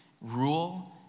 rule